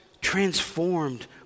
transformed